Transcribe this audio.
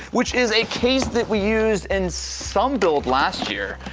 which is a case that we used in some build last year.